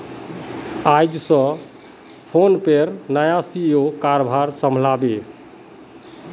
आइज स फोनपेर नया सी.ई.ओ कारभार संभला बे